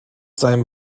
seinem